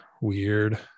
weird